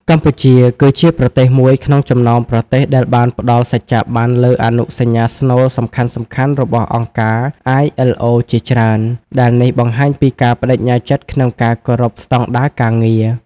កម្ពុជាគឺជាប្រទេសមួយក្នុងចំណោមប្រទេសដែលបានផ្តល់សច្ចាប័នលើអនុសញ្ញាស្នូលសំខាន់ៗរបស់អង្គការ ILO ជាច្រើន ដែលនេះបង្ហាញពីការប្តេជ្ញាចិត្តក្នុងការគោរពស្តង់ដារការងារ។